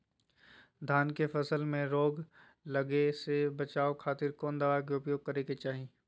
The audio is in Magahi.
धान के फसल मैं रोग लगे से बचावे खातिर कौन दवाई के उपयोग करें क्या चाहि?